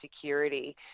security